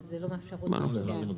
וזה לא מאפשר עוד.